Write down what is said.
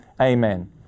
Amen